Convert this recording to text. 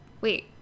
wait